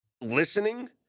listening